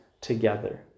together